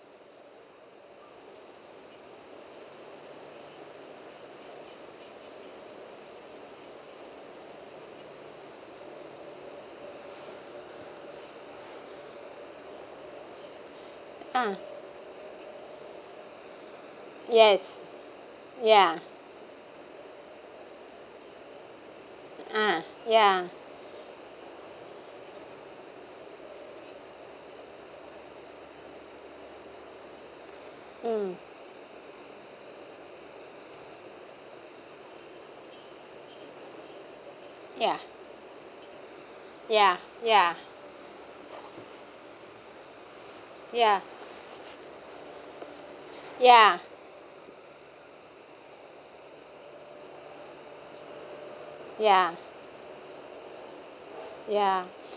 uh yes ya uh ya mm ya ya ya ya ya ya ya